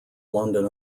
london